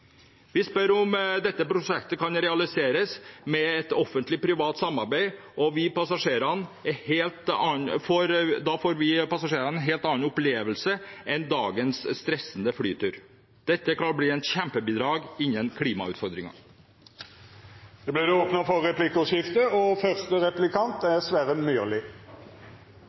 Vi spør om dette prosjektet kan realiseres med et offentlig-privat samarbeid, og da får vi passasjerer en helt annen opplevelse enn dagens stressende flytur. Dette kan bli et kjempebidrag med tanke på klimautfordringene. Det vert replikkordskifte. Jeg vet at Gunnes er svært opptatt av arbeidet med å få ned utslippene fra transportsektoren, og